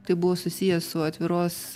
tai buvo susiję su atviros